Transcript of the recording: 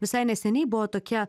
visai neseniai buvo tokia